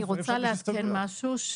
אני רוצה לעדכן משהו.